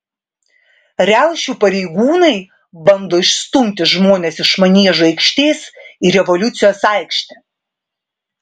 riaušių pareigūnai bando išstumti žmones iš maniežo aikštės į revoliucijos aikštę